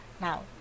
now